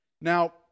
Now